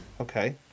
Okay